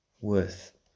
worth